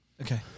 Okay